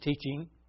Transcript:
teaching